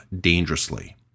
dangerously